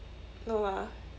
no lah